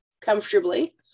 comfortably